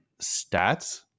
stats